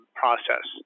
process